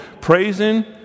Praising